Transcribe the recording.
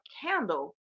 candle